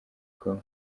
kumwe